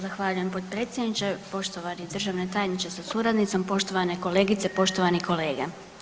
Zahvaljujem potpredsjedniče, poštovani državni tajniče sa suradnicom, poštovane kolegice, poštovani kolege.